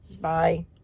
Bye